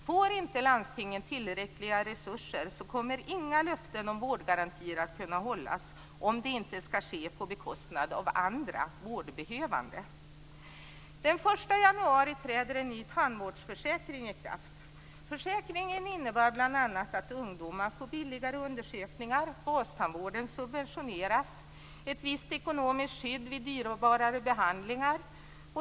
Får inte landstingen tillräckliga resurser kommer inga löften om vårdgarantier att kunna hållas om det inte skall ske på bekostnad av andra vårdbehövande. Den 1 januari träder en ny tandvårdsförsäkring i kraft. Försäkringen innebär bl.a. att ungdomar får billigare undersökningar, att bastandvård subventioneras och att ett visst ekonomiskt skydd ges vid dyrbara behandlingar.